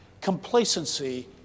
complacency